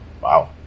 Wow